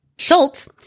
Schultz